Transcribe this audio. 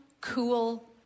cool